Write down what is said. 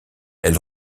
elle